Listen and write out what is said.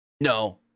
No